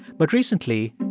but recently,